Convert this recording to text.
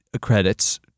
credits